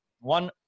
one